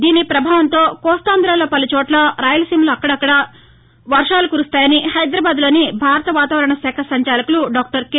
దీని పభావంతో కోస్తాంధలో పలుచోట్ల రాయలసీమలో అక్కడక్కడా వర్వాలు కురుస్తాయని హైదరాబాద్లోని భారత వాతావరణ శాఖ సంచాలకులు డాక్టర్ కె